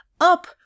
up